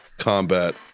Combat